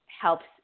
helps